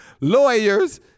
lawyers